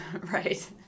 Right